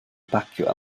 bacio